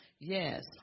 yes